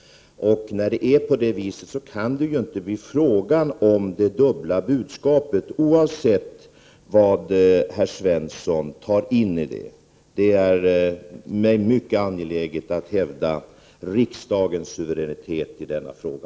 När det är så kan det inte bli fråga om det dubbla budskapet, oavsett vad herr Svenson lägger in i det. Det är mycket angeläget för mig att hävda riksdagens suveränitet i denna fråga.